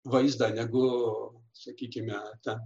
vaizdą negu sakykime ta